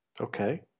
Okay